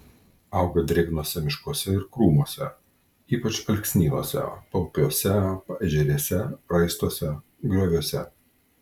auga drėgnuose miškuose ir krūmuose ypač alksnynuose paupiuose paežerėse raistuose grioviuose